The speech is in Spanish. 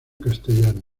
castellano